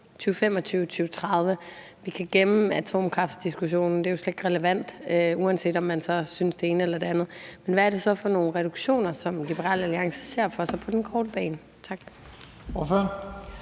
2025 og 2030 – vi kan gemme atomkraftdiskussionen; det er jo slet ikke relevant, uanset om man så synes det ene eller det andet – hvad er det så for nogle reduktioner, som Liberal Alliance ser for sig på den korte bane? Tak.